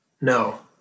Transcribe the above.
No